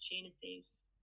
opportunities